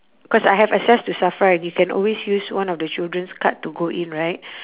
cause I have access to safra and you can always use one of the children's card to go in right